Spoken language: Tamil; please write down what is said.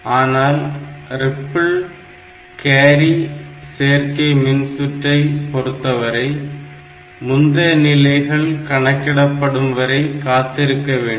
ஆனால் ரிப்பிள் மீத சேர்க்கை மின் சுற்றை பொறுத்தவரை முந்தைய நிலைகள் கணக்கிட படும்வரை காத்திருக்க வேண்டும்